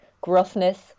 gruffness